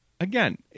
Again